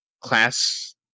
class